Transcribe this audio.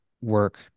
work